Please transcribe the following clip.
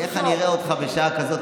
איך אני אראה אותך בשעה כזאת,